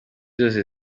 zose